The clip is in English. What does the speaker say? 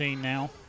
now